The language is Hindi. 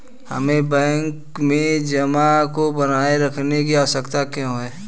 हमें बैंक में जमा को बनाए रखने की आवश्यकता क्यों है?